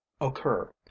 occur